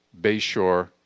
Bayshore